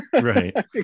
Right